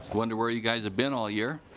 wonder where you guys have been all year?